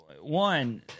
One